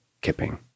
Kipping